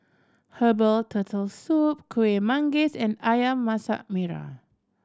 herbal Turtle Soup Kuih Manggis and Ayam Masak Merah